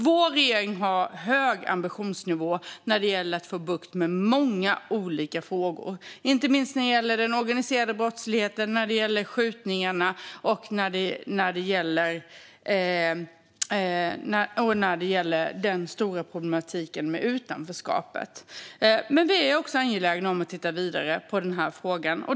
Vår regering har hög ambitionsnivå när det gäller att få bukt med många olika frågor, inte minst den organiserade brottsligheten, skjutningarna och den stora problematiken med utanförskapet. Men vi är också angelägna om att titta vidare på den här frågan.